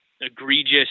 egregious